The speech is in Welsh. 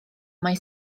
mae